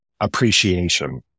appreciation